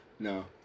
No